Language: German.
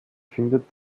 findet